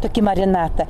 tokį marinatą